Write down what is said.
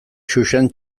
xuxen